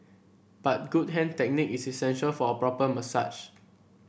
but good hand technique is essential for a proper massage